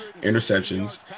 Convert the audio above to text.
interceptions